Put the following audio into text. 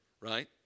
right